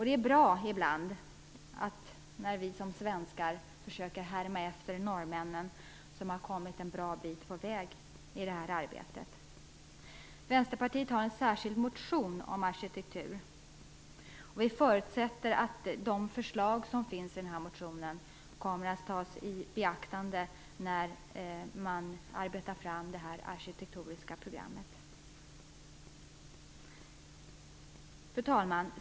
Det är ibland bra att vi svenskar försöker att härma efter norrmännen som har kommit en bra bit på väg i detta arbete. Vänsterpartiet har väckt en särskild motion om arkitektur. Vi förutsätter att de förslag som finns i motionen kommer att tas i beaktande när man arbetar fram det arkitektoniska programmet. Fru talman!